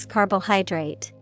Carbohydrate